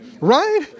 right